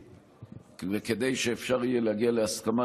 וכדי שאפשר יהיה להגיע להסכמה,